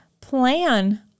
plan